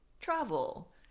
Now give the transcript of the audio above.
travel